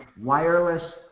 Wireless